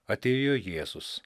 atėjo jėzus